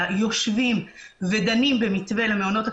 יושבים ודנים במתווה למעונות הכלליים,